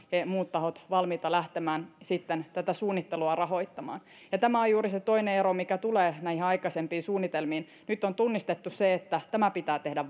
ja muut tahot ovat valmiita lähtemään tätä suunnittelua rahoittamaan ja tämä on juuri se toinen ero mikä tulee näihin aikaisempiin suunnitelmiin nyt on tunnistettu se että tämä pitää tehdä